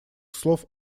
слов